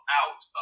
out